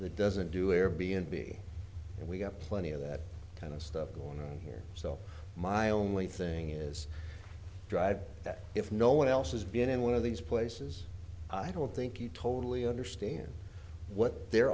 the doesn't do air b and b and we got plenty of that kind of stuff going on here so my only thing is dr that if no one else has been in one of these places i don't think you totally understand what they're